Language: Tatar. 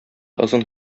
озын